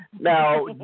Now